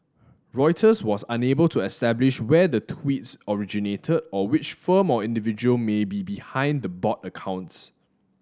Reuters was unable to establish where the tweets originated or which formal or individual may be behind the bot accounts